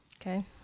okay